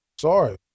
Sorry